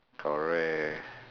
correct